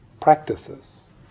practices